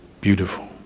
beautiful